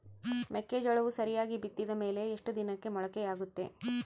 ಮೆಕ್ಕೆಜೋಳವು ಸರಿಯಾಗಿ ಬಿತ್ತಿದ ಮೇಲೆ ಎಷ್ಟು ದಿನಕ್ಕೆ ಮೊಳಕೆಯಾಗುತ್ತೆ?